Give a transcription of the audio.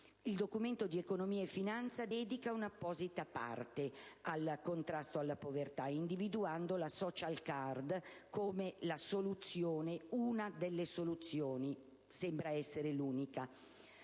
Il Documento di economia e finanza dedica un'apposita parte al «Contrasto della povertà», individuando la *social card,* come una delle soluzioni; sembra essere l'unica.